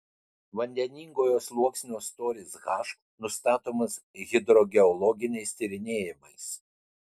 vandeningojo sluoksnio storis h nustatomas hidrogeologiniais tyrinėjimais